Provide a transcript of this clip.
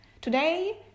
Today